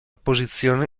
posizione